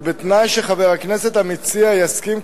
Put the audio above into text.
ובתנאי שחבר הכנסת המציע יסכים,